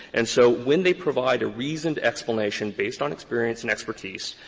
and so when they provide a reasoned explanation based on experience and expertise,